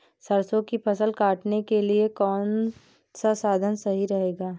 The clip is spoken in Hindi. सरसो की फसल काटने के लिए कौन सा साधन सही रहेगा?